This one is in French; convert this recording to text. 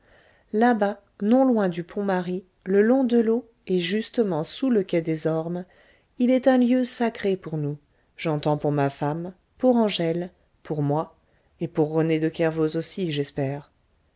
là-bas non loin du pont marie le long de l'eau et justement sous le quai des ormes il est un lieu sacré pour nous j'entends pour ma femme pour angèle pour moi et pour rené kervoz aussi j'espère